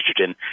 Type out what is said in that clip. estrogen